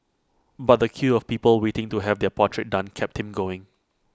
but the queue of people waiting to have their portrait done kept him going